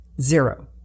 Zero